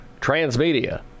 Transmedia